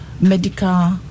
medical